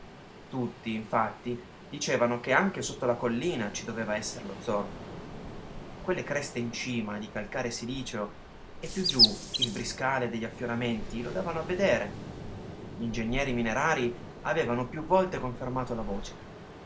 tutti infatti dicevano che anche sotto la collina ci doveva esser lo zolfo quelle creste in cima di calcare siliceo e più giù il briscale degli affioramenti lo davano a vedere gl'ingegneri minerarii avevano più volte confermato la voce